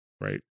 right